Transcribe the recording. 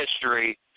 history